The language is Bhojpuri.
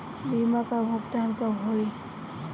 बीमा का भुगतान कब होइ?